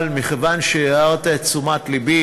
אבל מכיוון שהערת את תשומת לבי,